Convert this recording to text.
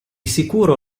sicuro